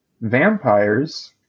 vampires